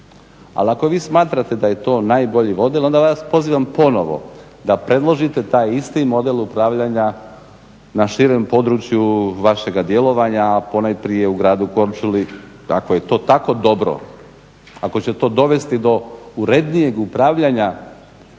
Ali ako vi smatrate da je to najbolji model onda ja vas pozivam ponovo da predložite taj isti model upravljanja na širem području vašega djelovanja a ponajprije u gradu Korčuli ako je to tako dobro, ako će to dovesti do urednijeg upravljanja